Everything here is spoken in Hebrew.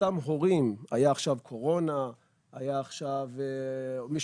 היה עכשיו קורונה,